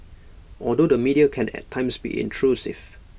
although the media can at times be intrusive